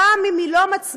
גם אם היא לא מצביעה